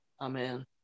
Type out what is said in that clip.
Amen